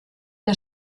der